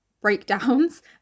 breakdowns